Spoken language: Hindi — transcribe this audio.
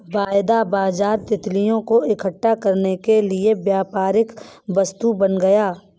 वायदा बाजार तितलियों को इकट्ठा करने के लिए व्यापारिक वस्तु बन गया